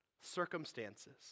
circumstances